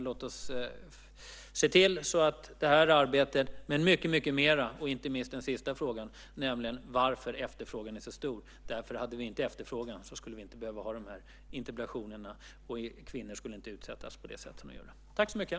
Låt oss se till så att det här arbetet fortsätter och mycket mera, inte minst det med den sista frågan, varför efterfrågan är så stor. Om vi inte hade efterfrågan skulle vi inte behöva ha de här interpellationerna och kvinnor skulle inte utsättas på det sätt som sker.